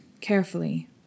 carefully